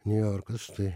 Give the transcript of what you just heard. niujorkas tai